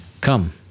Come